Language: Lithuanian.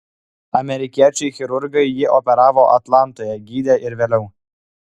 amerikiečiai chirurgai jį operavo atlantoje gydė ir vėliau